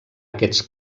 aquests